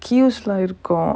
cues lah இருக்கு:irukku